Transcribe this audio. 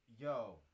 Yo